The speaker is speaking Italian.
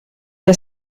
via